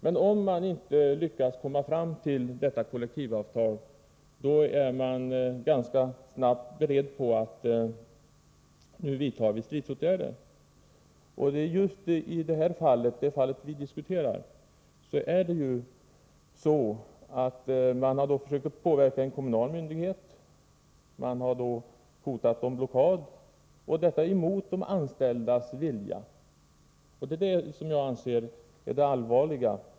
Men om man inte lyckas komma fram till ett sådant, då är man från fackligt håll ganska snart beredd att vidta stridsåtgärder. Just i det fall vi diskuterar har man försökt påverka en kommunal myndighet. Man har hotat med blockad — och detta mot de anställdas vilja. Det är det som jag anser är det allvarliga.